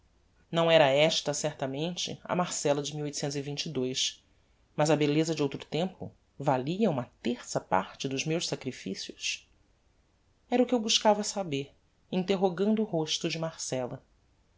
não era esta certamente a marcella de mas a belleza de outro tempo valia uma terça parte dos meus sacrificios era o que eu buscava saber interrogando o rosto